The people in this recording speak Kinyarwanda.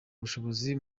ubushobozi